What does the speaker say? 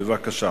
בבקשה.